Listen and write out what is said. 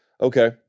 Okay